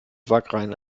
wagrain